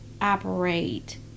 operate